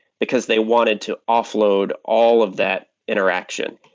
because they wanted to offload all of that interaction.